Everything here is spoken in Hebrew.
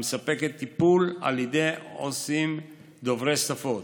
המספקת טיפול על ידי עו"סים דוברי שפות,